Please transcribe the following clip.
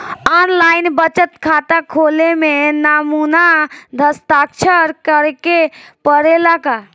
आन line बचत खाता खोले में नमूना हस्ताक्षर करेके पड़ेला का?